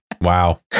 Wow